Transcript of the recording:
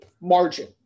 margin